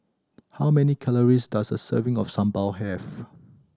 how many calories does a serving of sambal have